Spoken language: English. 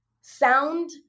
sound